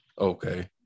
Okay